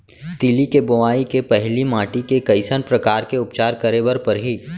तिलि के बोआई के पहिली माटी के कइसन प्रकार के उपचार करे बर परही?